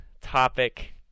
topic